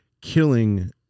killing